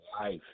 life